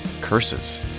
Curses